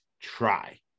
Try